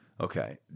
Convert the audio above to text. Okay